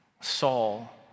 Saul